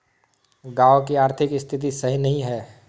गाँव की आर्थिक स्थिति सही नहीं है?